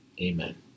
Amen